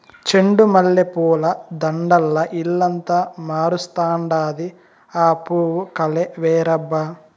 చెండు మల్లె పూల దండల్ల ఇల్లంతా మెరుస్తండాది, ఆ పూవు కలే వేరబ్బా